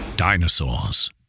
dinosaurs